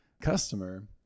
customer